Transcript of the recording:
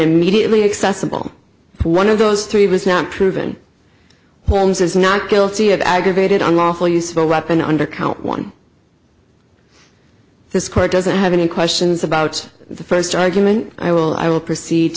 immediately accessible one of those three was not proven holmes is not guilty of aggravated unlawful use of a weapon under count one this court doesn't have any questions about the first argument i will i will proceed